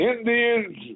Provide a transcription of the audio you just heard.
Indians